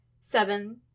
Seven